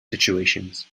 situations